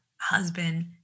husband